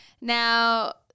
now